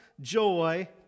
joy